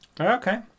okay